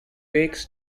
wakes